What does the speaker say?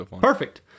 Perfect